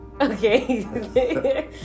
Okay